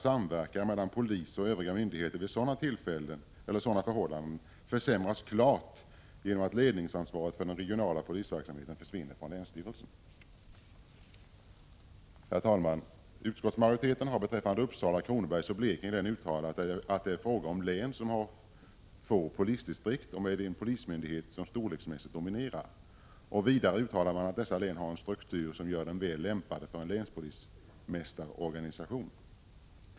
Samverkan mellan polis och övriga myndigheter vid sådana förhållanden försämras klart, då ledningsansvaret för den regionala polisverksamheten försvinner från länsstyrelsen. Herr talman! Utskottsmajoriteten har beträffande Uppsala, Kronobergs och Blekinge län uttalat att det är fråga om län som har få polisdistrikt och en polismyndighet som storleksmässigt dominerar. Vidare uttalar utskottsmajoriteten att dessa län har en struktur som gör dem väl lämpade för en länspolismästarorganisation.